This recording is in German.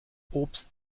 obst